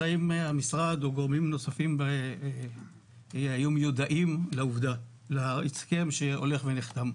האם המשרד או גורמים נוספים היו מיודעים להסכם שהולך ונחתם?